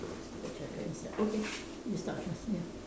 put the jacket inside okay you start first ya